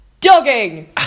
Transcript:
Dogging